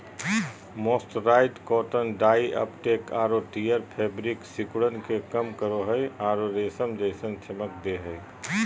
mercerised cotton dye uptake आरो tear fabric सिकुड़न के कम करो हई आरो रेशम जैसन चमक दे हई